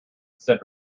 said